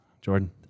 Jordan